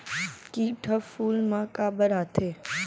किट ह फूल मा काबर आथे?